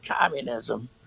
communism